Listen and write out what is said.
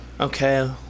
Okay